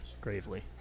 Gravely